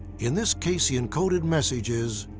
in this case, the encoded message is,